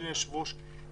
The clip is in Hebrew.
אדוני היושב-ראש,